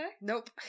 Nope